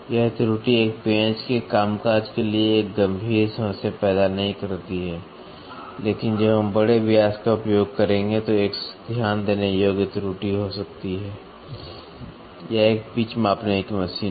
यह त्रुटि एक पेंच के कामकाज के लिए एक गंभीर समस्या पैदा नहीं करती है लेकिन जब हम बड़े व्यास का उपयोग करेंगे तो एक ध्यान देने योग्य त्रुटि हो सकती है यह एक पिच मापने की मशीन है